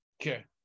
Okay